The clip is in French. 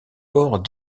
port